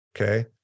okay